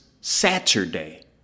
Saturday